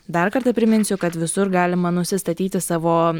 dar kartą priminsiu kad visur galima nusistatyti savo